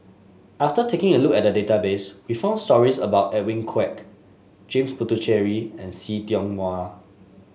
after taking a look at the database we found stories about Edwin Koek James Puthucheary and See Tiong Wah